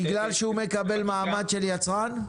בגלל שהוא מקבל מעמד של יצרן?